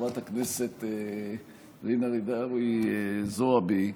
חברת הכנסת ג'ידא רינאוי זועבי.